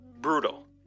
brutal